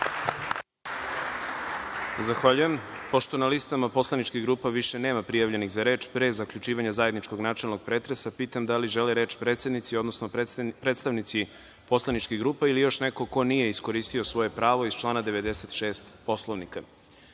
Zahvaljujem. Pošto na listama poslaničkih grupa više nema prijavljenih za reč, pre zaključivanja zajedničkog načelnog pretresa, pitam da li žele reč predsednici, odnosno predstavnici poslaničkih grupa ili još neko ko nije iskoristio svoje pravo iz člana 96. Poslovnika? Reč